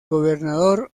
gobernador